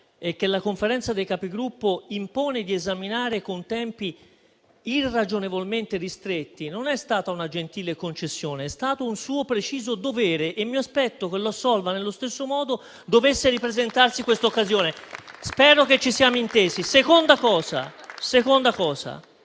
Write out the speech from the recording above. e che la Conferenza dei Capigruppo impone di esaminare con tempi irragionevolmente ristretti, non è stata una gentile concessione, ma un suo preciso dovere e mi aspetto che lo assolva nello stesso modo se dovesse ripresentarsi questa occasione. Spero che ci siamo intesi. In secondo